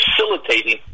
facilitating